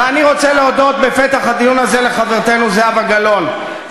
ואני רוצה להודות בפתח הדיון הזה לחברתנו זהבה גלאון,